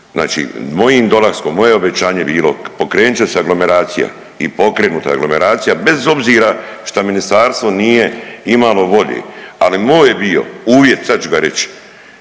moje obećanje je bilo pokrenut će se aglomeracija i pokrenuta je aglomeracija bez obzira šta ministarstvo nije imalo volje, ali moj je bio uvjet sad ću ga reći,